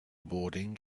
boarding